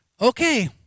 Okay